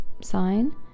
sign